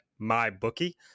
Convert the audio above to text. MyBookie